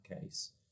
case